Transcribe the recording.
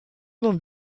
nån